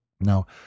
Now